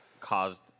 caused